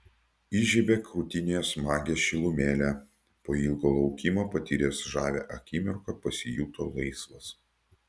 įžiebė krūtinėje smagią šilumėlę po ilgo laukimo patyręs žavią akimirką pasijuto laisvas